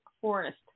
Forest